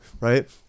right